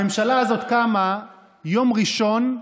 הממשלה הזאת קמה ביום ראשון,